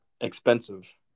expensive